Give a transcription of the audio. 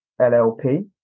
LLP